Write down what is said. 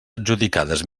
adjudicades